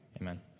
amen